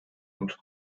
und